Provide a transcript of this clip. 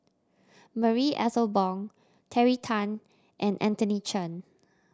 Marie Ethel Bong Terry Tan and Anthony Chen